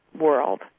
world